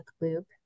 loop